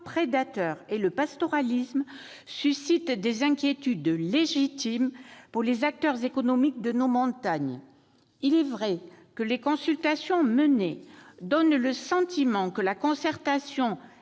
prédateurs et le pastoralisme suscite des inquiétudes légitimes pour les acteurs économiques de nos montagnes. Il est vrai que les consultations menées donnent le sentiment que la concertation